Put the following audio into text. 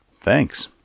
Thanks